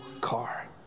car